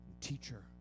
teacher